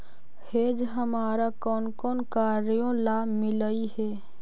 hedge हमारा कौन कौन कार्यों ला मिलई हे